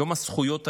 יום זכויות הילד,